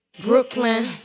Brooklyn